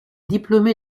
diplômé